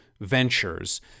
ventures